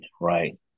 Right